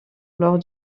lors